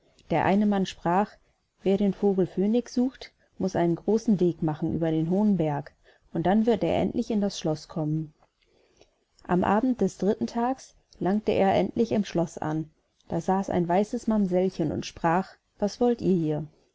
der eine mann sprach wer den vogel phönix sucht muß einen großen weg machen über den hohen berg und dann wird er endlich in das schloß kommen am abend des dritten tags langte er endlich im schloß an da saß ein weißes mamsellchen und sprach was wollt ihr hier